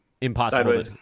Impossible